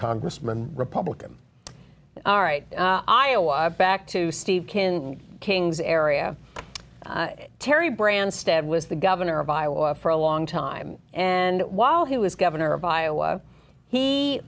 congressman republican all right iowa back to steve kin kings area terry branstad was the governor of iowa for a long time and while he was governor of iowa he